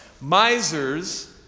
Misers